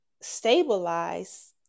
stabilize